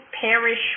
perish